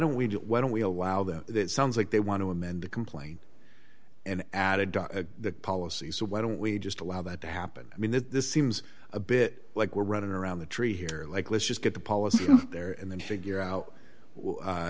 don't we do it why don't we allow that it sounds like they want to amend the complaint and added that policy so why don't we just allow that to happen i mean this seems a bit like we're running around the tree here like let's just get the policy there and then figure out